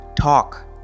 talk